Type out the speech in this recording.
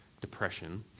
depression